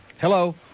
Hello